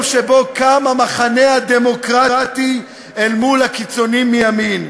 שבו קם המחנה הדמוקרטי אל מול הקיצונים מימין.